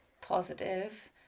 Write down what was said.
positive